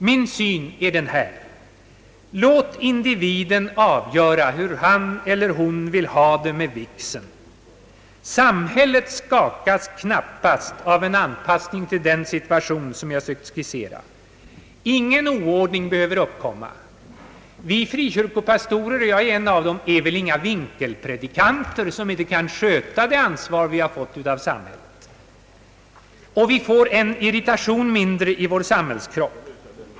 Min syn är följande: Låt individen avgöra hur han eller hon vill ha det med vigseln, Samhället skakas knappast av en anpassning till den situation som jag sökt skissera. Ingen oordning behöver uppkomma. Vi frikyrkopastorer — och jag är en av dem — är väl inga vinkelpredikanter som inte kan sköta det ansvar vi fått av samhället. Vi skulle få en irritation mindre i vår samhällskropp.